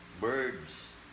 birds